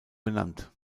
benannt